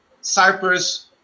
Cyprus